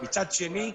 מצד שני,